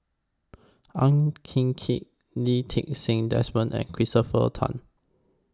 Ang Hin Kee Lee Ti Seng Desmond and Christopher Tan